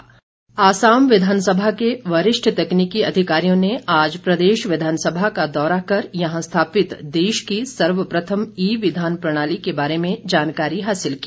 विधानसभा आसाम विधानसभा के वरिष्ठ तकनीकी अधिकारियों ने आज प्रदेश विधानसभा का दौरा कर यहां स्थापित देश की सर्वप्रथम ई विधान प्रणाली के बारे में जानकारी हासिल की